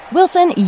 Wilson